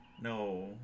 No